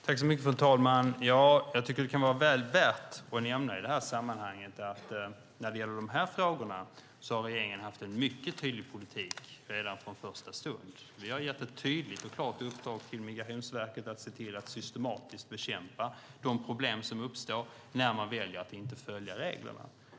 Herr talman! Jag tycker att det kan vara väl värt att nämna i det här sammanhanget att när det gäller de här frågorna har regeringen haft en mycket tydlig politik redan från första stund. Vi har gett ett tydligt och klart uppdrag till Migrationsverket att se till att systematiskt bekämpa de problem som uppstår när man väljer att inte följa reglerna.